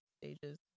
stages